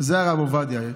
זה הרב עובדיה.